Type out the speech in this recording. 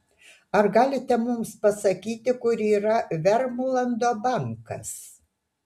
ar galite mums pasakyti kur yra vermlando bankas